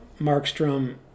Markstrom